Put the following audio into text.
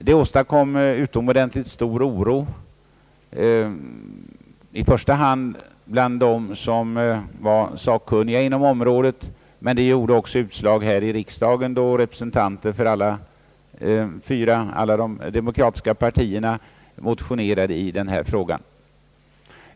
Det åstadkom stor oro i första hand bland de sakkunniga på området, men oron gav också utslag här i riksdagen, då representanter för alla de demokratiska partierna motionerade i frågan.